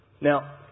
Now